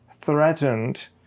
threatened